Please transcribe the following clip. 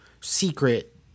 secret